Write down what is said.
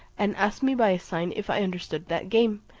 and asked me by a sign if i understood that game,